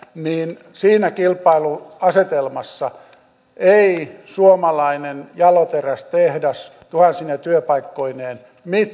niin siinä kilpailuasetelmassa ei suomalainen jaloterästehdas tuhansine työpaikkoineen